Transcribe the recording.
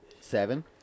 seven